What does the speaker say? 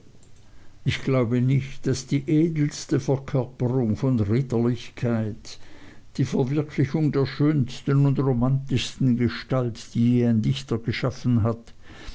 ich glaube nicht daß die edelste verkörperung von ritterlichkeit die verwirklichung der schönsten und romantischsten gestalt die je ein dichter geschaffen hat